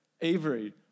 Avery